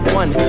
one